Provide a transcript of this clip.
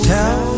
Tell